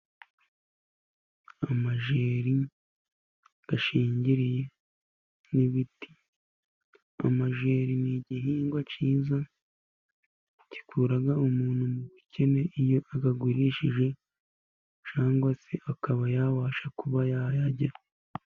Amajeri ashingiriye n'ibiti. Amajeri ni igihingwa cyiza gikura umuntu mu bukene, iyo ayagurishije cyangwa se akaba yabasha kuba yayarya.